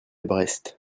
brest